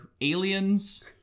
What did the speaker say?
aliens